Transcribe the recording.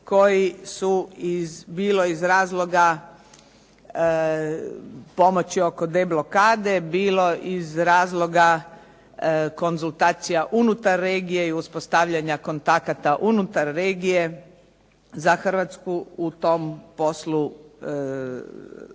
koji su bilo iz razloga pomoći oko deblokade, bilo iz razloga konzultacija unutar regije i uspostavljanja kontakata unutar regije za Hrvatsku u tom poslu relevantni